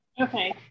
Okay